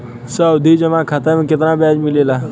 सावधि जमा खाता मे कितना ब्याज मिले ला?